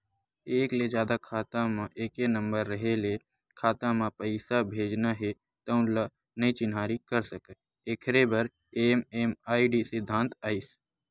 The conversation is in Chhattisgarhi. एक ले जादा खाता म एके मोबाइल नंबर रेहे ले खाता म पइसा भेजना हे तउन ल नइ चिन्हारी कर सकय एखरे बर एम.एम.आई.डी सिद्धांत आइस